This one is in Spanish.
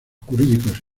jurídicos